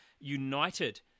united